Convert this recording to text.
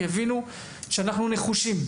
יבינו שאנחנו נחושים,